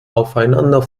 aufeinander